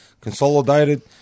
Consolidated